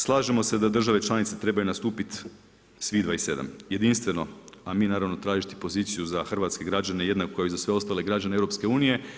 Slažemo se da države članice trebaju nastupiti svih 27, jedinstveno, a mi naravno tražiti poziciju za hrvatske građane jednako kao i za sve ostale građane EU.